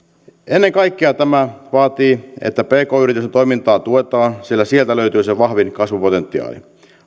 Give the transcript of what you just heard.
ennen kaikkea tämä vaatii että pk yritysten toimintaa tuetaan sillä sieltä löytyy se vahvin kasvupotentiaali